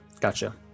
gotcha